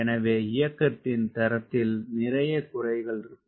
எனவே இயக்கத்தின் தரத்தில் நிறைய குறைகள் இருக்கும்